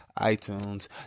iTunes